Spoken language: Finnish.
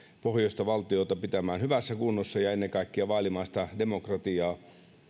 pohjoista valtiota pitämään hyvässä kunnossa ja ennen kaikkea vaalimaan sitä demokratiaa